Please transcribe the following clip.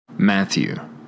Matthew